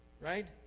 right